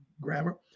grammar